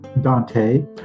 dante